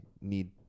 need